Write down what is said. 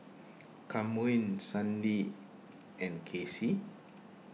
Kamren Sandie and Casey